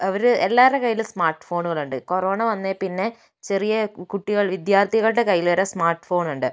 അവർ എല്ലാവരുടെ കയ്യിലും സ്മാർട്ട് ഫോണുകളുണ്ട് കൊറോണ വന്നതിൽപ്പിന്നെ ചെറിയ കുട്ടികൾ വിദ്യാർത്ഥികളുടെ കയ്യിൽ വരെ സ്മാർട്ട് ഫോണുണ്ട്